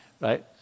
right